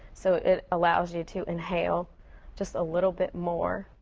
so it allows you to inhale just a little bit more,